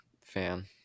fan